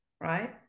right